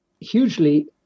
hugely